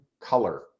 color